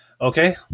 Okay